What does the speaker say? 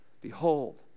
Behold